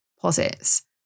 posits